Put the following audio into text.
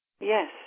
Yes